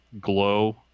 glow